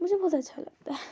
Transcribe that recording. मुझे बहुत अच्छा लगता है